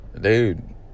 dude